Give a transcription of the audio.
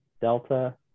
Delta